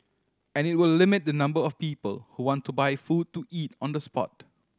and it will limit the number of people who want to buy food to eat on the spot